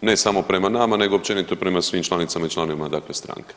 ne samo prema nama nego općenito prema svim članicama i članovima, dakle stranke.